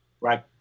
Right